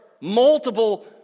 multiple